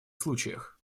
случаях